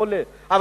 אבל,